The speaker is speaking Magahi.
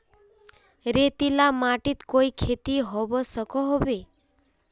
रेतीला माटित कोई खेती होबे सकोहो होबे?